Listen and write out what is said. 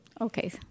Okay